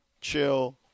chill